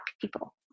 people